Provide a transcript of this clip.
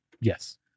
Yes